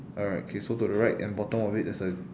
alright okay so to the right and bottom of it there's a